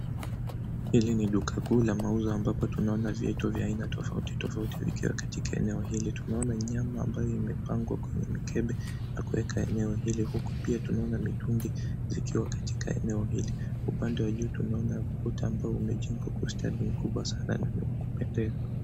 Hili ni duka kuu la mauzo ambapo tunaona vitu vya aina tofauti tofauti vikiwa katika eneo hili tunaona nyama ambayo imepangwa kwenye mikebe na kuweka enyewe huku pia tunaona mitungi ikiwa katika eneo hili upande wa juu tunaona ukuta ambao umejengwa kwa ustadi mkubwa sana na ni wa kupendeza.